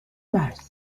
marient